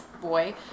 boy